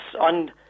on